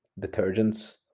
detergents